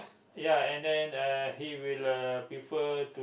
ya and then uh he will uh prefer to